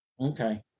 Okay